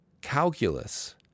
calculus